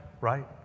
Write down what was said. Right